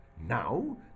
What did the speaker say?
Now